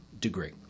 degree